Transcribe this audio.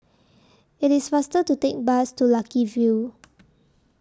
IT IS faster to Take Bus to Lucky View